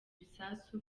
ibisasu